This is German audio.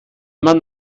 man